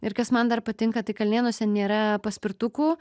ir kas man dar patinka tai kalnėnuose nėra paspirtukų